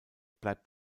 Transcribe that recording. bleibt